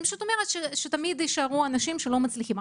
אני פשוט אומרת שתמיד יישארו אנשים שלא מצליחים.